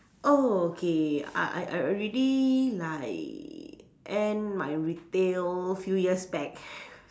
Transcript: oh okay I I I already like end my retail few years back